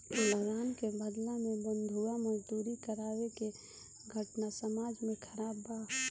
लगान के बदला में बंधुआ मजदूरी करावे के घटना समाज में खराब बा